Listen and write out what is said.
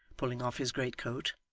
pulling off his greatcoat,